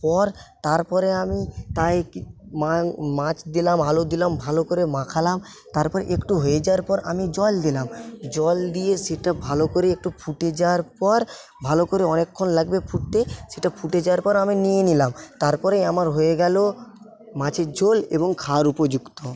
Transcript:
পর তারপরে আমি তায়ে মাছ দিলাম আলু দিলাম ভালো করে মাখালাম তারপর একটু হয়ে যাওয়ার পর আমি জল দিলাম জল দিয়ে সেটা ভালো করে একটু ফুটে যাওয়ার পর ভালো করে অনেকক্ষণ লাগবে ফুটতে সেটা ফুটে যাওয়ার পর আমি নিয়ে নিলাম তারপরে আমার হয়ে গেলো মাছের ঝোল এবং খাওয়ার উপযুক্ত